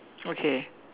okay